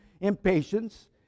impatience